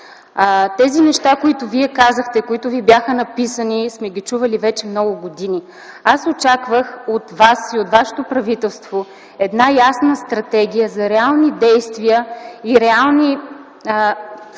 Нещата, които казахте, които Ви бяха написани, сме ги чували вече много години. Аз очаквах от Вас и Вашето правителство една ясна стратегия за реални действия и реални